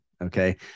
Okay